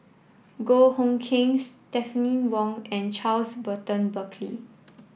Goh Hood Keng Stephanie Wong and Charles Burton Buckley